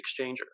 exchanger